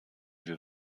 wir